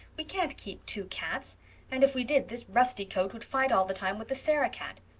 we can't keep two cats and if we did this rusty coat would fight all the time with the sarah-cat.